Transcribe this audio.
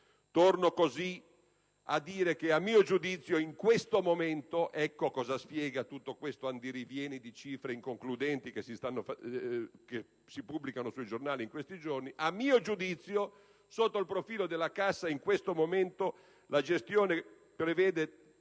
Torno così a dire che a mio giudizio, in questo momento (ecco cosa spiega tutto questo andirivieni di cifre inconcludenti che si pubblicano sui giornali in questi giorni) sotto il profilo della cassa, la gestione prevede